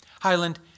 Highland